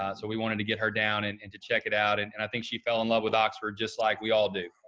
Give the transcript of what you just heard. so we wanted to get her down and and to check it out, and and i think she fell in love with oxford just like we all do.